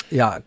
ja